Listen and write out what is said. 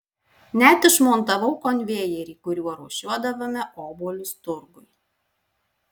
net išmontavau konvejerį kuriuo rūšiuodavome obuolius turgui